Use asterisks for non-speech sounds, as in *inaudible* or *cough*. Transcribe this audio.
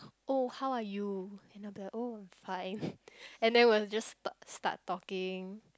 oh how are you you know the oh fine *breath* and then we will just start start talking